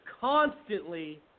constantly